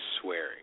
swearing